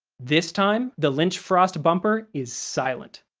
this time, the lynch frost bumper is silent.